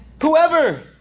Whoever